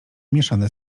mieszane